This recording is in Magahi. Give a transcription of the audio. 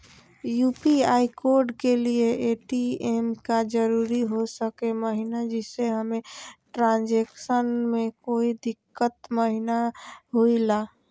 यू.पी.आई कोड के लिए ए.टी.एम का जरूरी हो सके महिना जिससे हमें ट्रांजैक्शन में कोई दिक्कत महिना हुई ला?